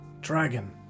dragon